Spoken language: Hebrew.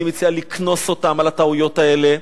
אני מציע לקנוס אותם על הטעויות האלה.